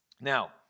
Now